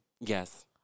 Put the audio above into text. Yes